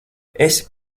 esi